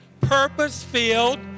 purpose-filled